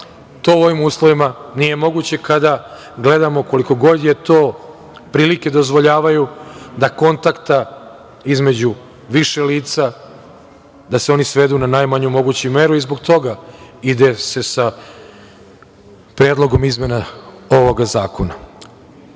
To u ovim uslovima nije moguće kada gledamo, koliko god to prilike dozvoljavaju, da se kontakti između više lica svedu na najmanju moguću meru i zbog toga ide se sa predlogom izmena ovog zakona. Isto